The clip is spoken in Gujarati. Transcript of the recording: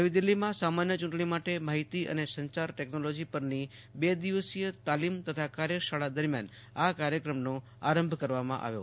નવી દિલ્હીમાં સામાન્ય ચૂંટણી માટે માહિતી અને સંચાર ટેકનોલોજી પરની બે દિવસીય તાલીમ તથા કાર્યશાળા દરમિયાન આ કાર્યક્રમનો આરંભ કરવામાં આવ્યો